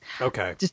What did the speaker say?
Okay